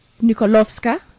Nikolovska